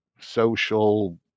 social